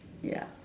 ya